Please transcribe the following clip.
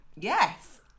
Yes